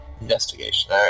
Investigation